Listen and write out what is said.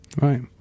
Right